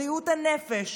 בריאות הנפש,